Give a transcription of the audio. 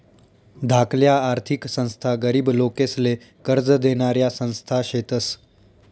धाकल्या आर्थिक संस्था गरीब लोकेसले कर्ज देनाऱ्या संस्था शेतस